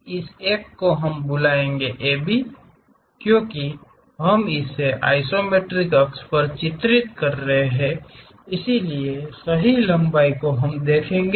तो इस एक को हम बुलाएँगे AB क्योंकि हम इसे आइसोमेट्रिक अक्ष पर चित्रित कर रहे हैं इसलिए सही लंबाई हम देखेंगे